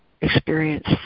experience